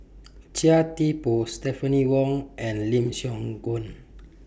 Chia Thye Poh Stephanie Wong and Lim Siong Guan